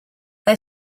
they